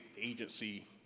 agency